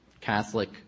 Catholic